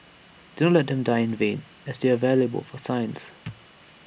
do not let them die in vain as they are valuable for science